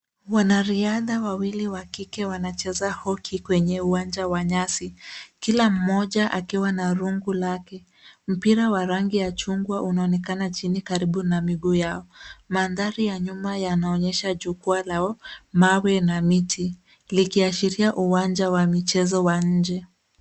Wanariadha wawili wa kike wanacheza hockey kwenye uwanja wa nyasi, kila mmoja akiwa na rungu lake. Mpira wa rangi ya chungwa unaonekana chini karibu na miguu yao. Mandhari ya nyuma yanaonyesha jukwaa la mawe na miti likiashiria uwanja wa michezo wa nje.